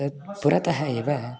तद् पुरतः एव